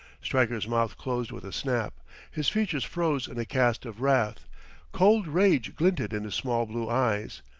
stryker's mouth closed with a snap his features froze in a cast of wrath cold rage glinted in his small blue eyes.